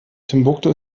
timbuktu